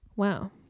Wow